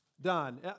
done